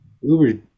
Uber